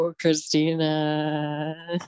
Christina